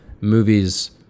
movies